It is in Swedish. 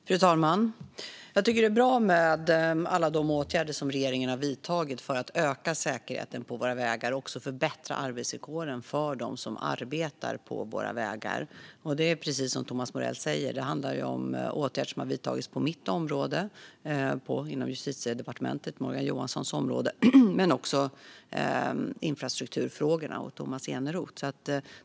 Fru talman! Jag tycker att det är bra med alla de åtgärder som regeringen har vidtagit för att öka säkerheten på våra vägar och förbättra arbetsvillkoren för dem som arbetar på våra vägar. Det är precis som Thomas Morell säger: Det handlar om åtgärder som har vidtagits på mitt område och inom Justitiedepartementet - på Morgan Johanssons område - samt om infrastrukturfrågor, som är Tomas Eneroths område.